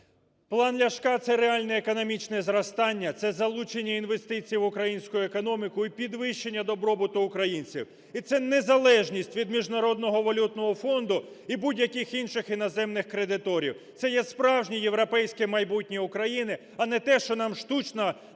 План Ляшка – це реальне економічне зростання, це залучення інвестицій в українську економіку і підвищення добробуту українців, і це незалежність від Міжнародного валютного фонду і будь-яких інших іноземних кредиторів, це є справжнє європейське майбутнє України, а не те, що нам штучно нав'язує